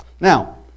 Now